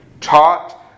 taught